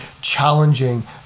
challenging